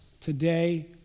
today